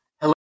Hello